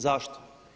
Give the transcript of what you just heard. Zašto?